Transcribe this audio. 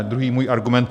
Druhý můj argument.